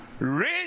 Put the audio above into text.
raise